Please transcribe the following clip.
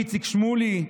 איציק שמולי,